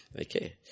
Okay